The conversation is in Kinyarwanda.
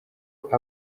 uko